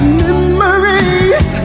memories